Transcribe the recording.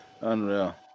Unreal